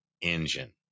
engine